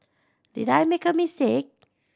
did I make a mistake